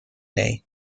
دهید